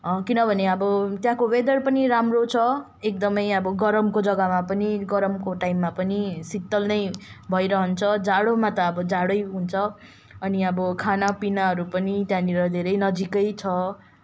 किनभने अब त्यहाँको वेदर पनि राम्रो छ एकदमै अब गरमको जग्गामा पनि गरमको टाइममा पनि शीतल नै भइरहन्छ जाडोमा त अब जाडै हुन्छ अनि अब खानापिनाहरू पनि त्यहाँनिर धेरै नजीकै छ